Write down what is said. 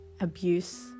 abuse